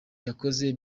yakoze